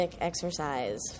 exercise